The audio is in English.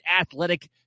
athletic